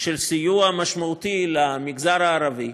של סיוע משמעותי למגזר הערבי,